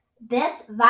Best